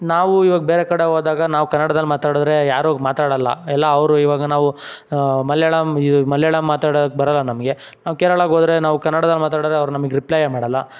ನಾವು ಇವಾಗ ಬೇರೆ ಕಡೆ ಹೋದಾಗ ನಾವು ಕನ್ನಡ್ದಲ್ಲಿ ಮಾತಾಡಿದ್ರೆ ಯಾರೂ ಮಾತಾಡೋಲ್ಲ ಎಲ್ಲ ಅವರು ಇವಾಗ ನಾವು ಮಲಯಾಳಮ್ ಮಲಯಾಳಮ್ ಮಾತಾಡಕ್ಕೆ ಬರೋಲ್ಲ ನಮಗೆ ನಾವು ಕೇರಳಾಗೆ ಹೋದರೆ ನಾವು ಕನ್ನಡದಲ್ಲಿ ಮಾತಾಡಿದರೆ ಅವ್ರು ನಮಗೆ ರಿಪ್ಲೈಯೇ ಮಾಡೋಲ್ಲ